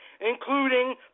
including